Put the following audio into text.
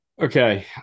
okay